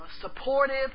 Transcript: supportive